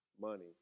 money